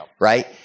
Right